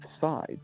sides